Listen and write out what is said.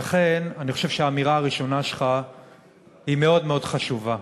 לכן אני חושב שהאמירה הראשונה שלך היא מאוד מאוד חשובה.